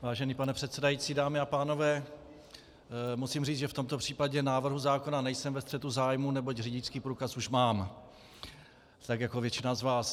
Vážený pane předsedající, dámy a pánové, musím říct, že v tomto případě návrhu zákona nejsem ve střetu zájmů, neboť řidičský průkaz už mám, tak jako většina z vás.